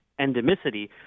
endemicity